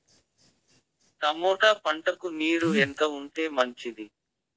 Tomato పంటకు నీరు ఎంత ఉంటే మంచిది?